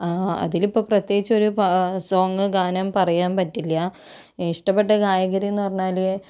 അതിലിപ്പം പ്രത്യേകിച്ച് ഒരു പാ സോങ്ങ് ഗാനം പറയാൻ പറ്റില്ല ഇഷ്ടപ്പെട്ട ഗായകരെന്ന് പറഞ്ഞാല്